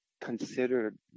considered